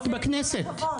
מיוחדת.